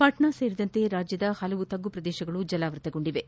ಪಾಟ್ನಾ ಸೇರಿದಂತೆ ರಾಜ್ಯದ ಹಲವು ತಗ್ಗು ಪ್ರದೇಶಗಳು ಜಲಾವೃತಗೊಂಡಿವೆ